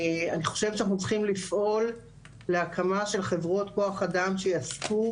אני חושבת שאנחנו צריכים לפעול להקמה של חברות כוח אדם שיעסקו